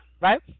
Right